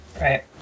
Right